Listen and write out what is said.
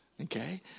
Okay